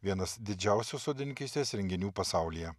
vienas didžiausių sodininkystės renginių pasaulyje